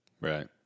right